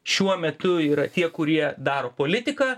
šiuo metu yra tie kurie daro politiką